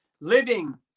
living